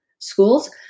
schools